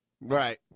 Right